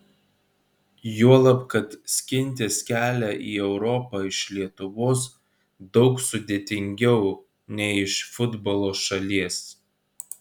juolab kad skintis kelią į europą iš lietuvos daug sudėtingiau nei iš futbolo šalies